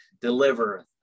deliver